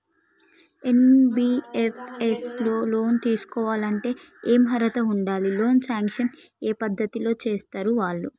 NBFS లో loan తీస్కోవాలంటే ఏం అర్హత ఉండాలి? లోన్ సాంక్షన్ ఏ పద్ధతి లో చేస్తరు వాళ్లు?